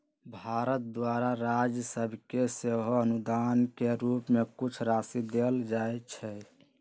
भारत द्वारा राज सभके सेहो अनुदान के रूप में कुछ राशि देल जाइ छइ